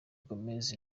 gomez